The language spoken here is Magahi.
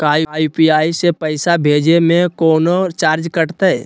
का यू.पी.आई से पैसा भेजे में कौनो चार्ज कटतई?